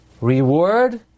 reward